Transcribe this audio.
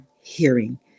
hearing